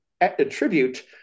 attribute